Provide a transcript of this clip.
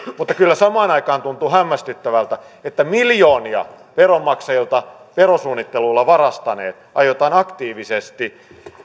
mutta kyllä samaan aikaan tuntuu hämmästyttävältä että miljoonia veronmaksajilta verosuunnittelulla varastaneet aiotaan aktiivisesti